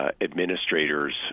administrators